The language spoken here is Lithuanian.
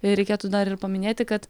reikėtų dar ir paminėti kad